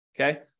Okay